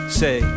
say